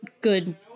good